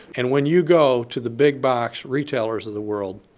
and when you go to the big-box retailers of the world,